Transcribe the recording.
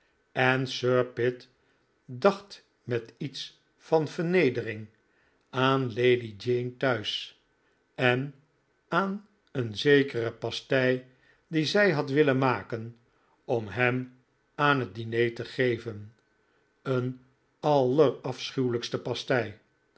en sir pitt dacht met iets van vernedering aan lady jane thuis en aan een zekere pastei die zij had willen maken om hem aan het diner te geven een allerafschuwelijkste pastei